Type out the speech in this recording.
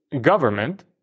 government